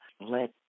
Let